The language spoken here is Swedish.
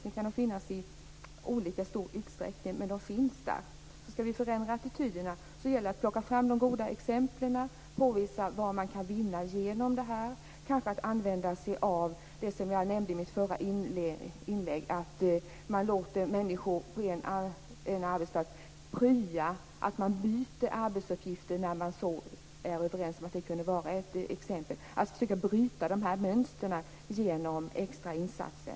De kan finnas i olika stor utsträckning, men de finns där. Skall vi förändra attityderna gäller det att plocka fram de goda exemplen och påvisa vad man kan vinna genom detta. Man kanske kan använda sig av det exempel som jag nämnde i mitt förra inlägg, nämligen att man låter människor på en arbetsplats prya och byta arbetsuppgifter med varandra när man är överens om detta. Man skall försöka bryta mönstren genom extrainsatser.